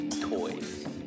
toys